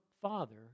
father